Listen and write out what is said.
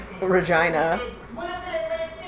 Regina